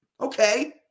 Okay